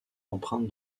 empreinte